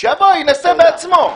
שיבוא וינסה בעצמו.